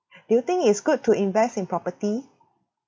do you think it's good to invest in property